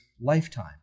lifetime